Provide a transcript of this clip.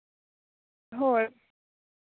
ᱦᱳᱭ